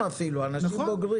-- אפילו אנשים בוגרים.